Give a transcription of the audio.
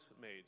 made